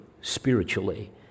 spiritually